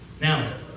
Now